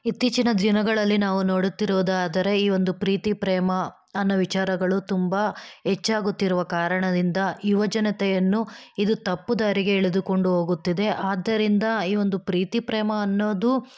ಇತ್ತೀಚಿನ ದಿನಗಳಲ್ಲಿ ನಾವು ನೋಡುತ್ತಿರೋದಾದರೆ ಈ ಒಂದು ಪ್ರೀತಿ ಪ್ರೇಮ ಅನ್ನೋ ವಿಚಾರಗಳು ತುಂಬ ಹೆಚ್ಚಾಗುತ್ತಿರುವ ಕಾರಣದಿಂದ ಯುವಜನತೆಯನ್ನು ಇದು ತಪ್ಪು ದಾರಿಗೆ ಎಳೆದುಕೊಂಡು ಹೋಗುತ್ತಿದೆ ಆದ್ದರಿಂದ ಈ ಒಂದು ಪ್ರೀತಿ ಪ್ರೇಮ ಅನ್ನೋದು